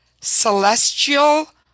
celestial